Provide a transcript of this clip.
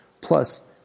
Plus